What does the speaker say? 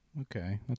Okay